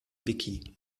wiki